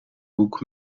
boek